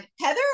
Heather